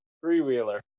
three-wheeler